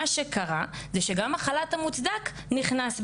מה שקרה זה שגם החל"ת המוצדק נכנס בזה.